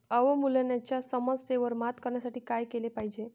अवमूल्यनाच्या समस्येवर मात करण्यासाठी काय केले पाहिजे?